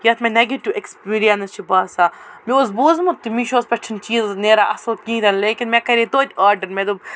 یَتھ مےٚ negative experience چُھ باسان مےٚ اوس بوزمُت تہِ می شوس پٮ۪ٹھ چھِنہٕ چیٖز نیران اصٕل کِہیٖنۍ نن لیکِن مےٚ کَراے توتہِ آرڈر مےٚ دوٚپ